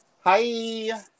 Hi